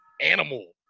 animal